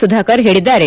ಸುಧಾಕರ್ ಹೇಳಿದ್ದಾರೆ